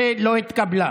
13 לא התקבלה.